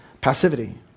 passivity